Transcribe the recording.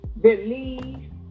believe